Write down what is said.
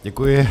Děkuji.